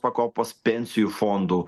pakopos pensijų fondų